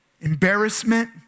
embarrassment